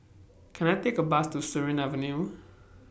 Can I Take A Bus to Surin Avenue